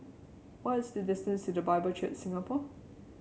what is the distance to The Bible Church Singapore